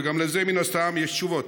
וגם על זה מן הסתם יש תשובות.